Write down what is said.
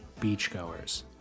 beachgoers